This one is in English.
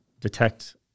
detect